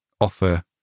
offer